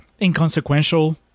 inconsequential